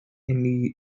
new